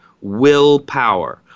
willpower